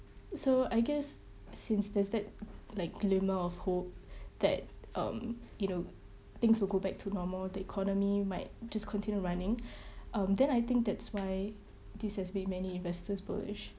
so I guess since there's that like glimmer of hope that um you know things will go back to normal the economy might just continue running um then I think that's why this has made many investors bullish